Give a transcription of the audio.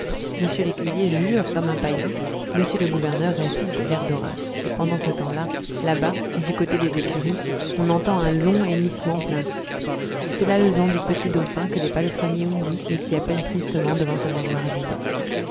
m l'écuyer jure comme un païen m le gouverneur récite des vers d'horace et pendant ce temps-là là-bas du côté des écuries on entend un long hennissement plaintif c'est l'alezan du petit dauphin que les palefreniers oublient et qui appelle tristement devant sa mangeoire vide